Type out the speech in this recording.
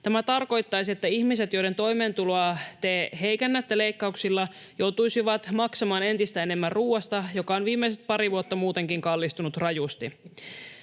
Tämä tarkoittaisi, että ihmiset, joiden toimeentuloa te heikennätte leikkauksilla, joutuisivat maksamaan entistä enemmän ruuasta, joka on viimeiset pari vuotta muutenkin kallistunut rajusti.